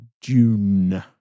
June